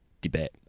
debate